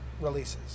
releases